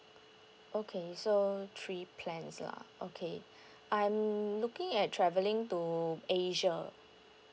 okay so three plans lah okay I'm looking at travelling to asia